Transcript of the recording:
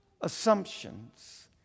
assumptions